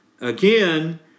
Again